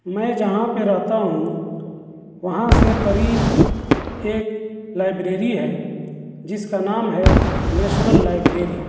میں جہاں پہ رہتا ہوں وہاں سے قریب ایک لائبریری ہے جس کا نام ہے نیشنل لائبریری